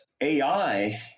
AI